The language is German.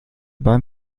beim